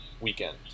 weekend